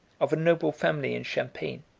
of a noble family in champagne,